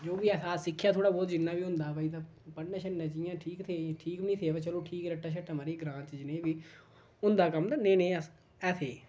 जो बी ऐ हा सिक्खेआ थोह्ड़ा बहुत जिन्ना बी होंदा हा भाई तां पढ़ने छड़ने च इ'यां ते ठीक थे ठीक बी नेईं थे पर चलो ठीक रट्टा शट्टा मारियै ग्रांऽ च जनेह् बी होंदा कम्म ते नेह् नेह् अस ऐ थे